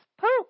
poop